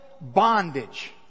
bondage